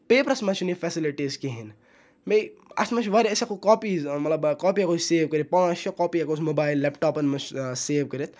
پیپرَس مَنٛز چھَنہٕ یہِ فیسَلٹی اَسہِ کِہیٖنۍ بیٚیہِ اَتھ مَنٛز چھُ واریاہ أسۍ ہیٚکو کاپیٖز مَطلَب کاپی ہیٚکو أسۍ سیو کٔرِتھ پانٛژھ شےٚ کاپی ہیٚکو أسۍ مُبایِل لیپٹاپَن مَنٛز سیو کٔرِتھ